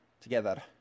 Together